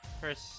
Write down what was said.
First